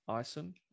Ison